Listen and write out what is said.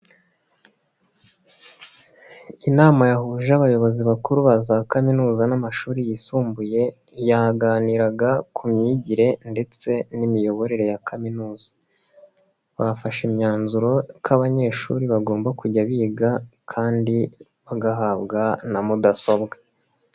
Inama yahuje abayobozi bakuru ba za kaminuza n'amashuri yisumbuye yaganiraga ku myigire ndetse n'imiyoborere ya kaminuza, bafashe imyanzuro ko abanyeshuri bagomba kujya biga kandi bagahabwa na mudasobwa.